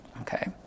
Okay